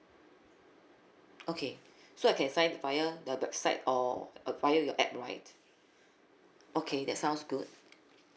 okay so I can sign up via the website or uh via your app right okay that sounds good